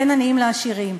בין עניים לעשירים.